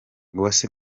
uwase